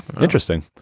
interesting